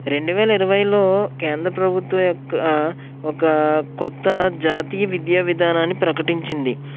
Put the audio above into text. రెండు వేల ఇరవైలో కేంద్ర ప్రభుత్వం యొక్క ఒక కొత్త జాతీయ విద్యా విధానాన్ని ప్రకటించింది